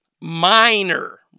minor